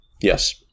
Yes